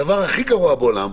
הדבר הכי גרוע בעולם,